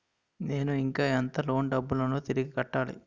నేను ఇంకా ఎంత లోన్ డబ్బును తిరిగి కట్టాలి?